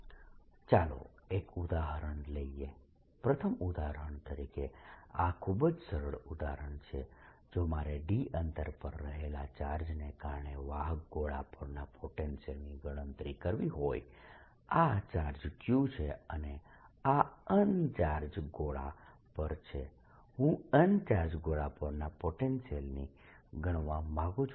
V12drV1surface 2dsV21drV2surface1ds ચાલો એક ઉદાહરણ લઈએ પ્રથમ ઉદાહરણ તરીકે આ ખૂબ જ સરળ ઉદાહરણ છે જો મારે d અંતર પર રહેલા ચાર્જને કારણે વાહક ગોળા પરના પોટેન્શિયલની ગણતરી કરવી હોય આ ચાર્જ Q છે અને આ અનચાર્જડ ગોળા પર છે હું અનચાર્જડ ગોળા પરના પોટેન્શિયલની ગણવા માંગુ છું